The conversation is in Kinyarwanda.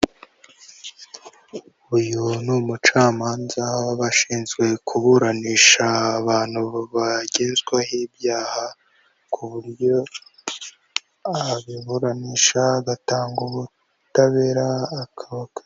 Uyu ni umucamanza w'abashinzwe kuburanisha abantu bagezwaho ibyaha ku buryo abiburanisha agatanga ubutabera akaka.